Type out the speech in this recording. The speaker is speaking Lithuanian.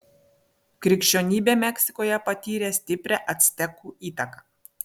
krikščionybė meksikoje patyrė stiprią actekų įtaką